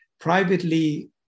privately